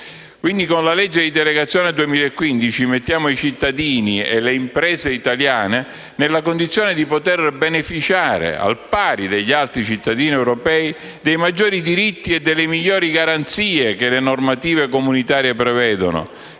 Quindi, con la legge di delegazione 2015 mettiamo i cittadini e le imprese italiane nella condizione di poter beneficiare, al pari degli altri cittadini europei, dei maggiori diritti e delle migliori garanzie che le normative comunitarie prevedono,